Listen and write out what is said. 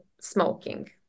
smoking